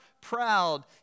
proud